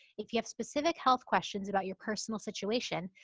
if you have specific health questions about your personal situation,